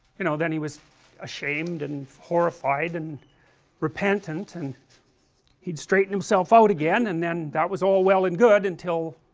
you know then he was ashamed and horrified and repentant and he would straighten himself out again and then that was all well and good, until,